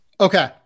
Okay